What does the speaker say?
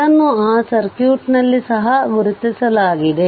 ಇದನ್ನು ಆ ಸರ್ಕ್ಯೂಟ್ನಲ್ಲಿ ಸಹ ಗುರುತಿಸಲಾಗಿದೆ